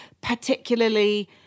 particularly